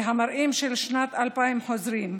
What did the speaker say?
והמראות של שנת 2000 חוזרים.